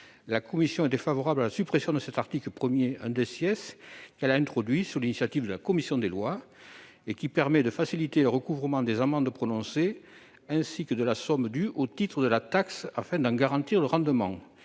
la commission est défavorable à la suppression de l'article 1, introduit sur l'initiative de la commission des lois, qui permet de faciliter le recouvrement des amendes prononcées ainsi que de la somme due au titre de la taxe, afin d'en garantir le rendement.